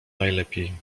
najlepiej